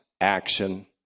action